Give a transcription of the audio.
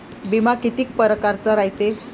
बिमा कितीक परकारचा रायते?